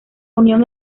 unión